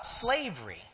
slavery